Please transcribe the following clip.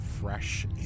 fresh